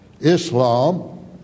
Islam